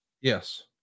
Yes